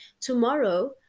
tomorrow